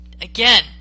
Again